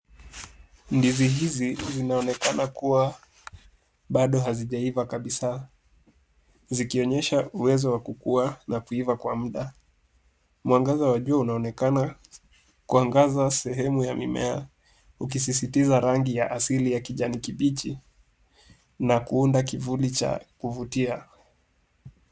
Ndizi hizi zinaonekana kuwa bado hazijaiva kabisa, zikionyesha uwezo wa kukua na kuiva kwa mda. Mwangaza wa jua unaonekana kuangaza sehemu ya mimea, ukisisitiza rangi ya asili ya kijani kibichi, na kuunda kivuli cha kuvutia.